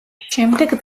შემდეგ